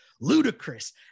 ludicrous